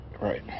Right